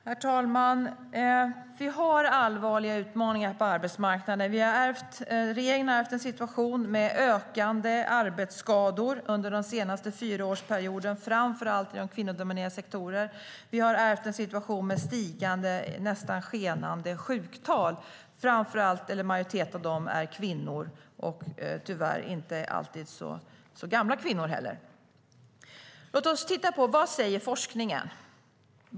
Herr talman! Det finns allvarliga utmaningar på arbetsmarknaden. Regeringen har ärvt en situation där arbetsskadorna har ökat under den senaste fyraårsperioden, framför allt inom kvinnodominerade sektorer. Vi har ärvt en situation med stigande, nästan skenande, sjuktal. En majoritet av dem gäller kvinnor - tyvärr inte alltid så gamla kvinnor. Låt oss titta på vad forskningen säger.